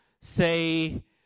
say